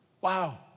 Wow